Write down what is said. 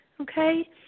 okay